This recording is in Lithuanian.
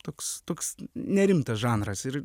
toks toks nerimtas žanras ir